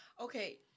Okay